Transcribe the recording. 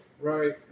right